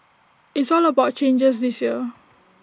it's all about changes this year